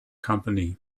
company